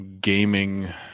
gaming